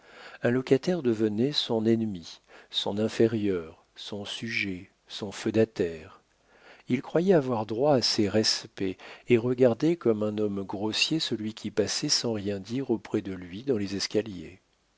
un locataire devenait son ennemi son inférieur son sujet son feudataire il croyait avoir droit à ses respects et regardait comme un homme grossier celui qui passait sans rien dire auprès de lui dans les escaliers